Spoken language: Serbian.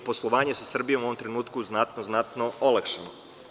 Poslovanje sa Srbijom je u ovom trenutku znatno olakšano.